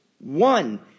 One